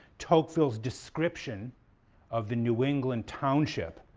tocqueville's description of the new england township,